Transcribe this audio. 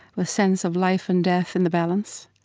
the sense of life and death in the balance,